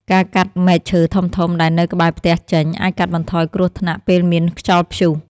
ការកាត់មែកឈើធំៗដែលនៅក្បែរផ្ទះចេញ អាចកាត់បន្ថយគ្រោះថ្នាក់ពេលមានខ្យល់ព្យុះ។